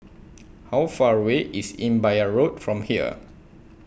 How Far away IS Imbiah Road from here